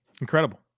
Incredible